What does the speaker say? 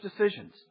decisions